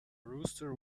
rooster